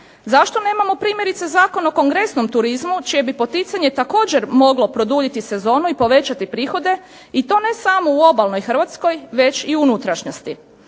Zašto nemamo primjerice Zakon o kongresnom turizmu čije bi poticanje također moglo produljiti sezonu i povećati prihode i to ne samo u obalnoj hrvatskoj već i u unutrašnjosti.